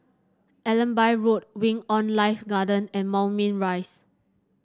Allenby Road Wing On Life Garden and Moulmein Rise